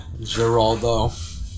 Geraldo